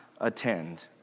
attend